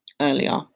earlier